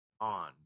on